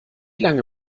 lange